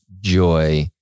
joy